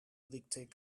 dictate